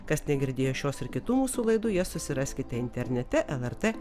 kas negirdėjo šios ir kitų mūsų laidų jas susiraskite internete lrt